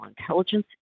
intelligence